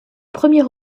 premier